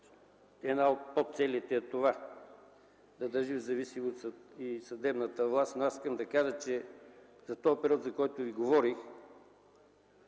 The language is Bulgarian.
една от подцелите е това – да се държи в зависимост съдебната власт. Искам да кажа, че за периода, за който ви говорих,